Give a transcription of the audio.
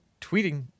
tweeting